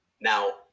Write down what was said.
Now